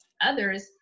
Others